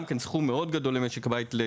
שגם זה סכום מאוד גדול לאבד עבור משק בית.